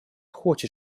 хочет